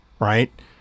right